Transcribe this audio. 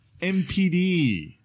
MPD